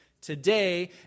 today